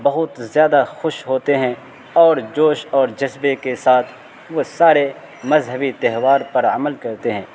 بہت زیادہ خوش ہوتے ہیں اور جوش اور جذبے کے ساتھ وہ سارے مذہبی تہوار پر عمل کرتے ہیں